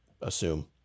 assume